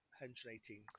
118